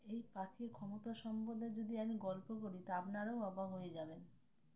এই পাখি ক্ষমতা সম্পদে যদি আমি গল্প করি তা আপনারাও অবাক হয়ে যাবেন